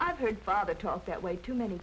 i've heard father talk that way too ma